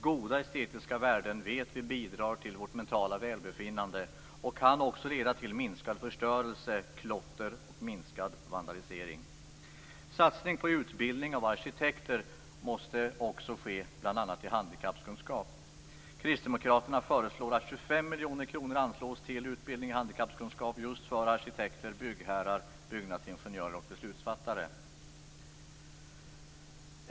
Goda estetiska värden vet vi bidrar till vårt mentala välbefinnande och kan också leda till minskad förstörelse och vandalisering och minskat klotter. Satsning på utbildning av arkitekter måste också ske bl.a. i handikappkunskap. Kristdemokraterna föreslår att 25 miljoner kronor anslås till utbildning i handikappkunskap för arkitekter, byggherrar, byggnadsingenjörer och beslutsfattare.